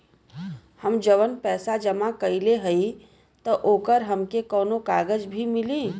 हम जवन पैसा जमा कइले हई त ओकर हमके कौनो कागज भी मिली?